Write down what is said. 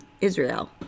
Israel